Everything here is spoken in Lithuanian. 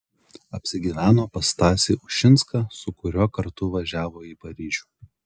apsigyveno pas stasį ušinską su kuriuo kartu važiavo į paryžių